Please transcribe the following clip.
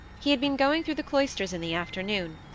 he had been going through the cloisters in the afternoon,